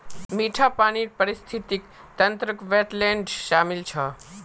मीठा पानीर पारिस्थितिक तंत्रत वेट्लैन्ड शामिल छ